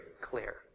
clear